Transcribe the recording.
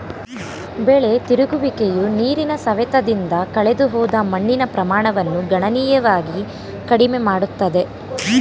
ಬೆಳೆ ತಿರುಗುವಿಕೆಯು ನೀರಿನ ಸವೆತದಿಂದ ಕಳೆದುಹೋದ ಮಣ್ಣಿನ ಪ್ರಮಾಣವನ್ನು ಗಣನೀಯವಾಗಿ ಕಡಿಮೆ ಮಾಡುತ್ತದೆ